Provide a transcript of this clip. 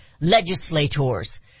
legislators